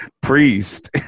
Priest